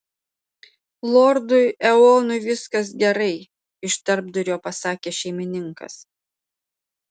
lordui eonui viskas gerai iš tarpdurio pasakė šeimininkas